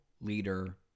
leader